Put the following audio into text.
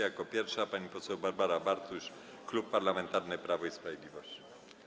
Jako pierwsza pani poseł Barbara Bartuś, Klub Parlamentarny Prawo i Sprawiedliwość.